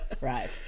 Right